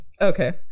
Okay